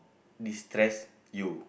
destress you